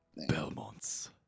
Belmonts